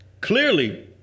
Clearly